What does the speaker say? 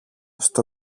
στο